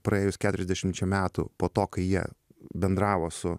praėjus keturiasdešimčia metų po to kai jie bendravo su